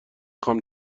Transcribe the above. خوام